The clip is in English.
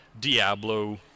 Diablo